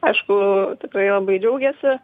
aišku tikrai labai džiaugėsi